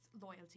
loyalty